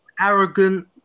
arrogant